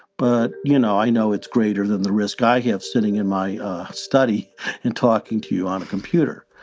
but, you know, i know it's greater than the risk i have sitting in my study and talking to you on a computer